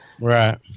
Right